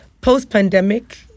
post-pandemic